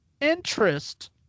interest